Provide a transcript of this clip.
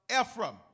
Ephraim